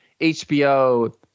HBO